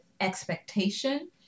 expectation